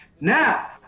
Now